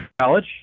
College